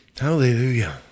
Hallelujah